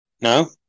No